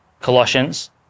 Colossians